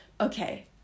okay